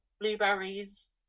blueberries